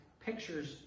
pictures